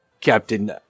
Captain